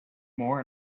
more